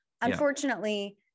Unfortunately